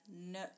no